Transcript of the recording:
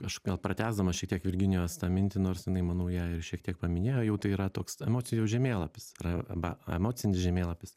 aš gal pratęsdamas šitiek virginijos tą mintį nors jinai manau ją ir šiek tiek paminėjo jau tai yra toks emocijų žemėlapis arba emocinis žemėlapis